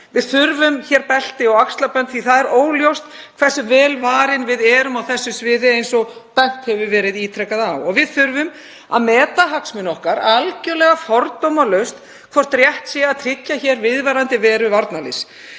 Við þurfum hér belti og axlabönd. Það er óljóst hversu vel varin við erum á þessu sviði eins og ítrekað hefur verið bent á. Við þurfum að meta hagsmuni okkar algerlega fordómalaust, hvort rétt sé að tryggja hér viðvarandi veru varnarliðs.